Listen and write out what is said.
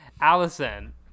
Allison